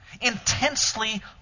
intensely